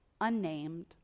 unnamed